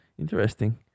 Interesting